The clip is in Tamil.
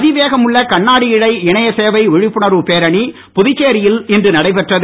அதிக வேகமுள்ள கண்ணாடி இழை இணையசேவை விழிப்புணர்வு பேரணி புதுச்சேரி யில் இன்று நடைபெற்றது